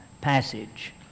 passage